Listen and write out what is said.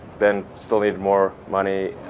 then still needed more money.